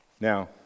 Now